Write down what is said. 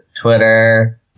Twitter